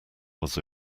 was